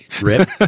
RIP